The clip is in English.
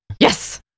yes